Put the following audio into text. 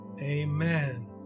amen